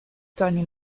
toni